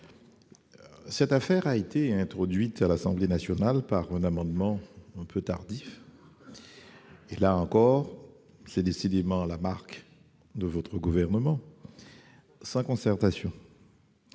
Cette affaire a été introduite à l'Assemblée nationale par un amendement quelque peu tardif et, là encore- c'est décidément la marque de votre gouvernement -, sans concertation.